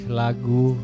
lagu